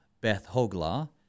Beth-Hogla